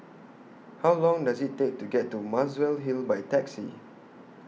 How Long Does IT Take to get to Muswell Hill By Taxi